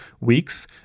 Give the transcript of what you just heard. weeks